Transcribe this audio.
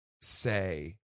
say